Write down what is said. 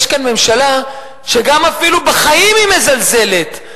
יש כאן ממשלה שאפילו בחיים היא מזלזלת,